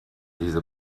diese